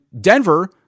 Denver